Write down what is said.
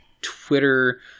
twitter